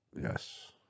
Yes